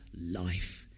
life